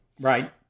Right